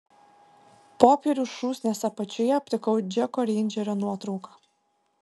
popierių šūsnies apačioje aptikau džeko reindžerio nuotrauką